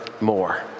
more